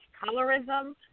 colorism